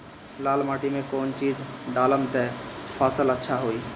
लाल माटी मे कौन चिज ढालाम त फासल अच्छा होई?